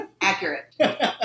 Accurate